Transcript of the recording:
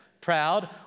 proud